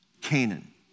Canaan